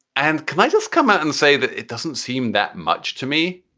and can i just come out and say that it doesn't seem that much to me,